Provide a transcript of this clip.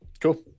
cool